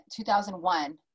2001